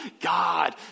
God